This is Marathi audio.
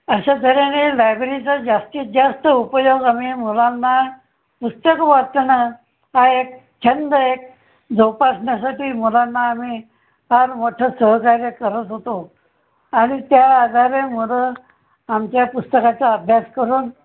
अशा तऱ्हेने लायब्ररीचा जास्तीत जास्त उपयोग आम्ही मुलांना पुस्तक वाचनात हा एक छंद एक जोपासण्यासाठी मुलांना आम्ही फार मोठं सहकार्य करत होतो आणि त्या आधारेमुरं आमच्या पुस्तकाचा अभ्यास करून